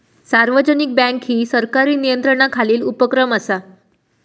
सार्वजनिक बँक ही सरकारी नियंत्रणाखालील उपक्रम असा